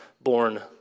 born